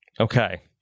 Okay